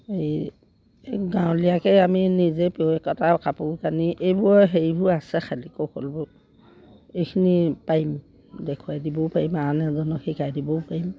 এই এই গাঁৱলীয়াকে আমি নিজে কটা কাপোৰ কানি এইবোৰ হেৰিবোৰ আছে খালী কৌশলবোৰ এইখিনি পাৰিম দেখুৱাই দিবও পাৰিম আন এজনক শিকাই দিবও পাৰিম